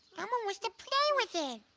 elmo wants to play with it.